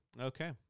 Okay